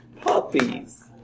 Puppies